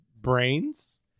brains